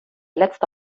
letzte